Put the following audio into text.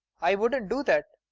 i wouldn't do that.